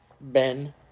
Ben